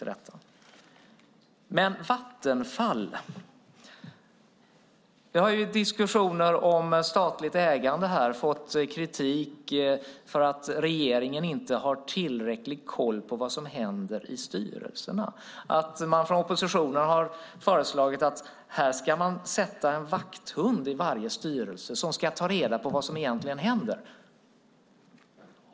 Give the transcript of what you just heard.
Men nu gäller det Vattenfall. Vi har ju i diskussioner om statligt ägande fått kritik för att regeringen inte har tillräcklig koll på vad som händer i styrelserna. Från oppositionen har man föreslagit att man ska sätta en vakthund i varje styrelse, som ska ta reda på vad som egentligen händer.